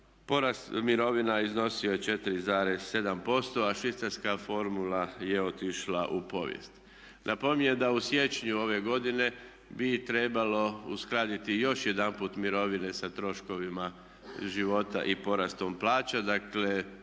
porast mirovina iznosio je 4,7% a švicarska formula je otišla u povijest. Napominjem da u siječnju ove godine bi trebalo uskladiti još jedanput mirovine sa troškovima života i porastom plaća,